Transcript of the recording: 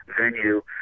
venue